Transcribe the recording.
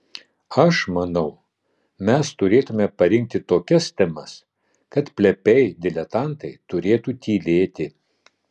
aš manau mes turėtumėme parinkti tokias temas kad plepiai diletantai turėtų tylėti